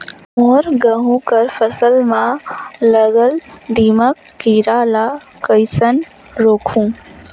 मोर गहूं कर फसल म लगल दीमक कीरा ला कइसन रोकहू?